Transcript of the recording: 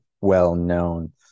well-known